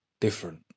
different